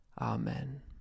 Amen